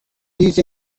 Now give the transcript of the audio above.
these